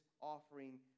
offering